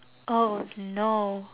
oh no